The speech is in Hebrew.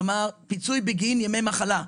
כלומר, פיצוי בגין ימי מחלה.